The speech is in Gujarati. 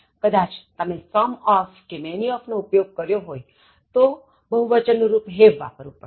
કદાચ તમે some of કે many of નો ઉપયોગ કર્યો હોય તો બહુવચન નું રુપ have વાપરવું પડશે